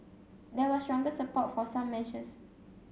there was stronger support for some measures